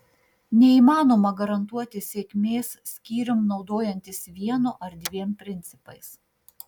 neįmanoma garantuoti sėkmės skyrium naudojantis vienu ar dviem principais